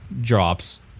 drops